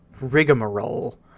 rigmarole